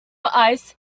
ice